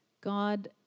God